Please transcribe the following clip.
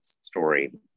story